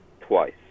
twice